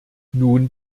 nun